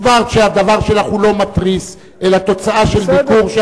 הסברת שדברך הוא לא מתריס אלא תוצאה של ביקור.